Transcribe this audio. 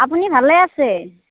আপুনি ভালে আছে